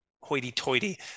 hoity-toity